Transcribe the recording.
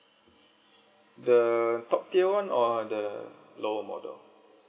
the top tier one or the lower model